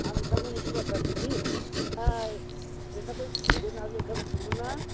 आं नोंथांनाव मोनसे बाथ्रा सोंनि फाय नोंथाङा बै भुपेन हाजरिकाखौ मिथिगौमोन ना